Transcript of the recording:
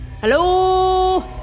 Hello